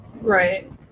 right